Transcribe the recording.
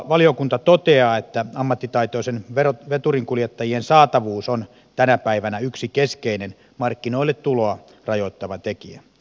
valiokunta toteaa että ammattitaitoisten veturinkuljettajien saatavuus on tänä päivänä yksi keskeinen markkinoille tuloa rajoittava tekijä